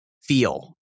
feel